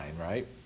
right